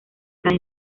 cada